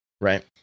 Right